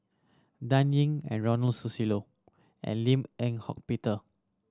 Dan Ying and Ronald Susilo and Lim Eng Hock Peter